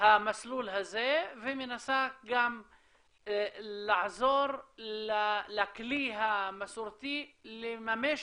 המסלול הזה ומנסה לעזור לכלי המסורתי לממש